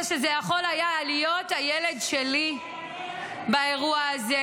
שזה יכול היה להיות הילד שלי באירוע הזה.